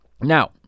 Now